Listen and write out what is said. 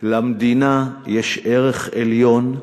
למדינה יש ערך עליון,